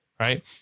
Right